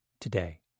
today